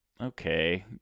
okay